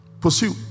Pursue